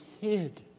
hid